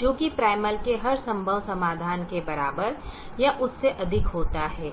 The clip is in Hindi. जो कि प्राइमल के हर संभव समाधान के बराबर या उससे अधिक होता है